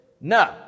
No